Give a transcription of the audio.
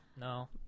No